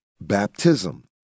baptism